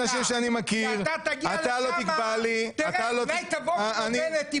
אתה לא תקבע לי ------ אולי תבוא כמו בנט,